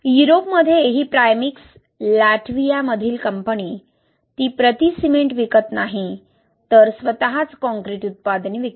युरोपमध्ये ही प्राइमक्स लॅटव्हियामधील कंपनी ती प्रति सिमेंट विकत नाही तर स्वतःच काँक्रीट उत्पादने विकते